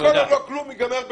הכול או לא כלום ייגמר בכלום.